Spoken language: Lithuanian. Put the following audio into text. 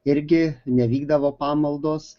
irgi nevykdavo pamaldos